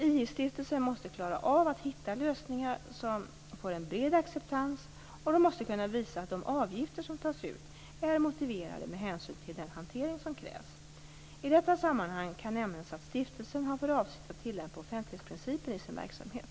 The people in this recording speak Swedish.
II-stiftelsen måste klara av att hitta lösningar som får en bred acceptans och måste kunna visa att de avgifter som tas ut är motiverade med hänsyn till den hantering som krävs. I detta sammanhang kan nämnas att stiftelsen har för avsikt att tillämpa offentlighetsprincipen i sin verksamhet.